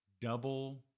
Double